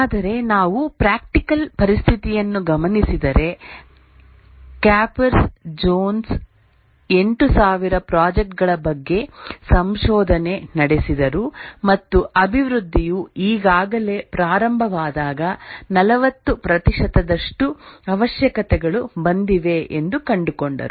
ಆದರೆ ನಾವು ಪ್ರಾಕ್ಟಿಕಲ್ ಪರಿಸ್ಥಿತಿಯನ್ನು ಗಮನಿಸಿದರೆ ಕ್ಯಾಪರ್ಸ್ ಜೋನ್ಸ್ 8000 ಪ್ರಾಜೆಕ್ಟ್ ಗಳ ಬಗ್ಗೆ ಸಂಶೋಧನೆ ನಡೆಸಿದರು ಮತ್ತು ಅಭಿವೃದ್ಧಿಯು ಈಗಾಗಲೇ ಪ್ರಾರಂಭವಾದಾಗ 40 ಪ್ರತಿಶತದಷ್ಟು ಅವಶ್ಯಕತೆಗಳು ಬಂದಿವೆ ಎಂದು ಕಂಡುಕೊಂಡರು